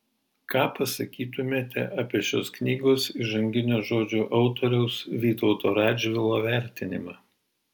ką pasakytumėte apie šios knygos įžanginio žodžio autoriaus vytauto radžvilo vertinimą